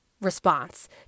response